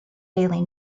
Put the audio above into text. daily